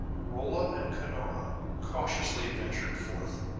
rolla and cunora cautiously ventured forth,